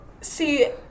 See